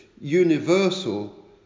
universal